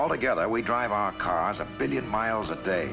altogether we drive our cars a billion miles a day